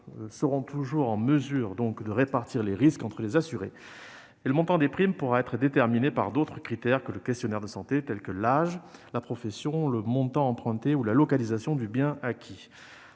donc toujours en mesure de répartir les risques entre les assurés. Le montant des primes pourra être déterminé par d'autres critères que le questionnaire de santé, tels que l'âge, la profession, le montant emprunté ou la localisation du bien acquis.